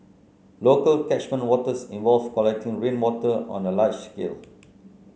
local catchment waters involve collecting rainwater on a large scale